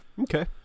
Okay